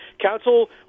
Council